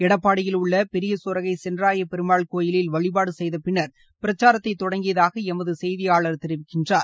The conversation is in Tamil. எடப்பாடியில் உள்ள பெரியசோரகை சென்றாய பெருமாள் கோவிலில் வழிபாடு செய்த பின்னா் பிரச்சாரத்தை தொடங்கியதாக எமது செய்தியாளா் தெரிவிக்கிறார்